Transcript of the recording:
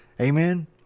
Amen